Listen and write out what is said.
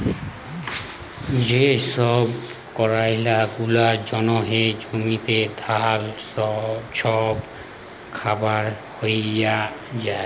যে ছব কারল গুলার জ্যনহে জ্যমিতে ধাল ছব খারাপ হঁয়ে যায়